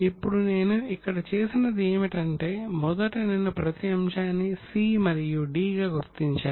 ఇప్పుడు నేను ఇక్కడ చేసినది ఏమిటంటే మొదట నేను ప్రతి అంశాన్ని C మరియు D అని గుర్తించాను